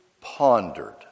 pondered